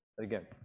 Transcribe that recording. Again